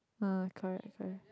ah correct correct